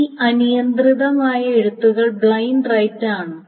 ഈ അനിയന്ത്രിതമായ എഴുത്തുകൾ ബ്ലൈൻഡ് റൈറ്റ് ആണ്